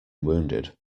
wounded